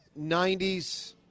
90s